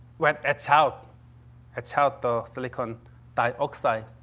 well, etch out etch out the silicone dioxide,